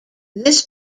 this